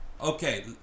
Okay